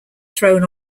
thrown